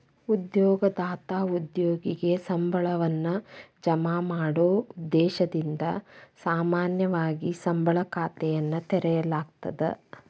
ಉದ್ಯೋಗದಾತ ಉದ್ಯೋಗಿಗೆ ಸಂಬಳವನ್ನ ಜಮಾ ಮಾಡೊ ಉದ್ದೇಶದಿಂದ ಸಾಮಾನ್ಯವಾಗಿ ಸಂಬಳ ಖಾತೆಯನ್ನ ತೆರೆಯಲಾಗ್ತದ